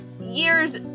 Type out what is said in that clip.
years